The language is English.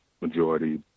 majority